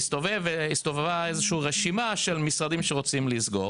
והסתובבה בתקשורת איזושהי רשימה של משרדים שרוצים לסגור,